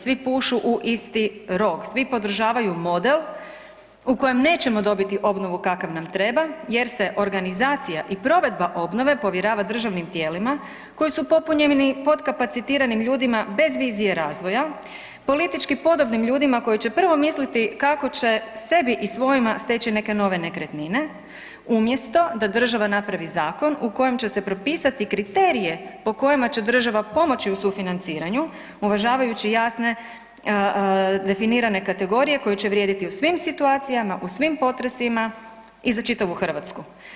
Svi pušu u isti rog, svi podržavaju model u kojem nećemo dobiti obnovu kava nam treba jer se organizacija i provedba obnove povjerava državnim tijelima koji su popunjeni podkapacitiranim ljudima bez vizije razvoja, politički podobnim ljudima koji će prvo misliti kako će sebi i svojima steći neke nove nekretnine, umjesto da država napravi zakon u kojem će se propisati kriterije po kojima će država pomoći u sufinanciranju uvažavajući jasne definirane kategorije koje će vrijediti u svim situacijama u svim potresima i za čitavu Hrvatsku.